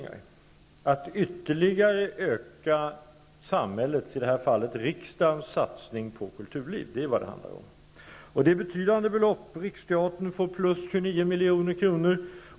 Det är fråga om att ytterligare öka samhällets, i det här fallet riksdagens, satsning på kulturliv. Det är betydande belopp. Riksteatern får plus 29 milj.kr.